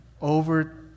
over